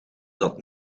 dat